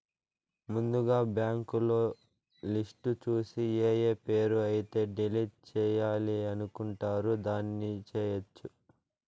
ముందుగా బ్యాంకులో లిస్టు చూసి ఏఏ పేరు అయితే డిలీట్ చేయాలి అనుకుంటారు దాన్ని చేయొచ్చు